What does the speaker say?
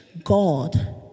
God